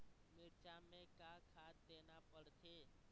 मिरचा मे का खाद देना पड़थे?